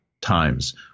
times